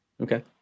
Okay